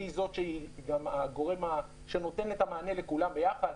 שהיא זו שהיא גם הגורם שנותן את המענה לכולם ביחד,